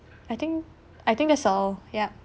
I think I think that's all yeah